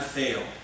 fail